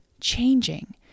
changing